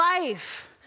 life